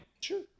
Sure